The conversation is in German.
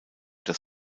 das